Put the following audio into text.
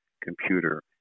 computer